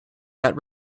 that